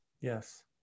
Yes